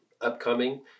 upcoming